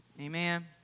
Amen